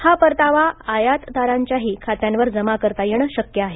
हा परतावा आयातदारांच्याही खात्यांवर जमा करता येणं शक्य आहे